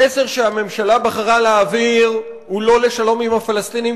המסר שהממשלה בחרה להעביר הוא לא לשלום עם הפלסטינים,